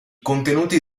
contenuti